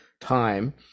time